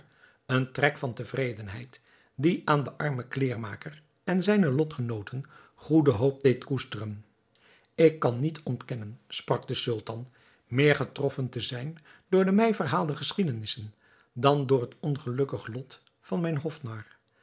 een trek van tevredenheid die aan den armen kleêrmaker en zijne lotgenooten goede hoop deed koesteren ik kan niet ontkennen sprak de sultan meer getroffen te zijn door de mij verhaalde geschiedenissen dan door het ongelukkig lot van mijn hofnar